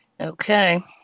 Okay